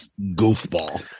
Goofball